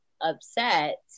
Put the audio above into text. upset